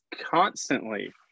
constantly